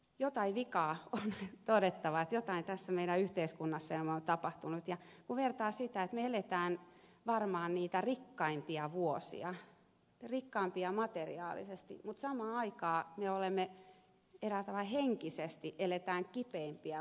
jotain vikaa on todettava tässä meidän yhteiskunnassamme tapahtuneen kun vertaa sitä että me elämme varmasti niitä rikkaimpia vuosia rikkaimpia materiaalisesti mutta samaan aikaan me elämme eräällä tavalla henkisesti kipeimpiä vuosia